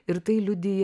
ir tai liudija